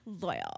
loyal